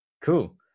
Cool